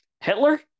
Hitler